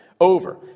over